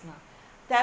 lah there's